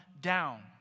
down